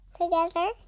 together